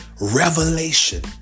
revelation